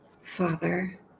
Father